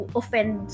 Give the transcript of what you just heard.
offend